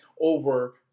over